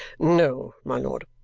no, my lord.